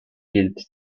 built